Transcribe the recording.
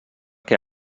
què